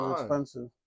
expensive